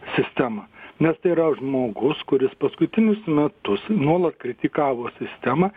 sistemą nes tai yra žmogus kuris paskutinius metus nuolat kritikavo sistemą